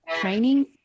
training